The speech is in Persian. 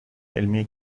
علمی